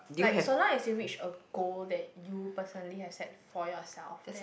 like so long as you reached a goal that you personally had set for yourself then